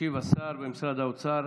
ישיב השר במשרד האוצר,